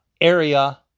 area